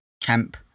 camp